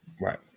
Right